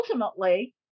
ultimately